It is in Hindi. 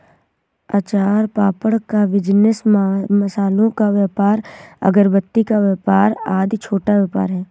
अचार पापड़ का बिजनेस, मसालों का व्यापार, अगरबत्ती का व्यापार आदि छोटा व्यापार है